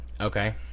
Okay